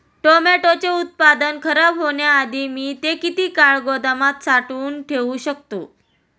टोमॅटोचे उत्पादन खराब होण्याआधी मी ते किती काळ गोदामात साठवून ठेऊ शकतो?